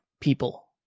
people